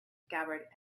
scabbard